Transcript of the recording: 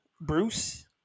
bruce